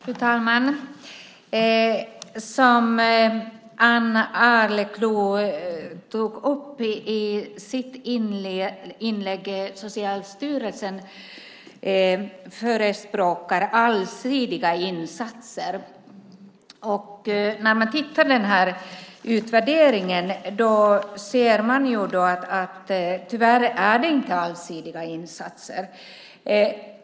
Fru talman! Som Ann Arleklo tog upp i sitt inlägg förespråkar Socialstyrelsen allsidiga insatser. När man tittar i denna utvärdering ser man att det tyvärr inte är allsidiga insatser.